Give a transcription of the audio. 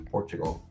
Portugal